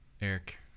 Eric